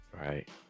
Right